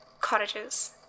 cottages